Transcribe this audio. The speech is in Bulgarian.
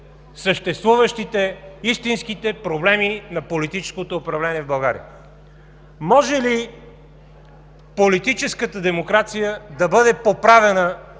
съществуващите, истинските проблеми на политическото управление в България. Може ли политическата демокрация да бъде поправена